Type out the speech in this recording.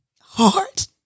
heart